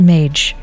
Mage